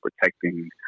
protecting